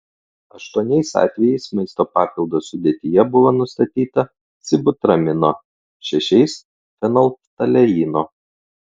aštuoniais atvejais maisto papildo sudėtyje buvo nustatyta sibutramino šešiais fenolftaleino